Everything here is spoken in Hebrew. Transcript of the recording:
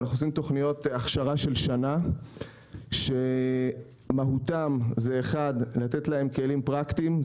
אנחנו עושים תכניות הכשרה של שנה שמהותן היא 1. לתת להם כלים פרקטיים,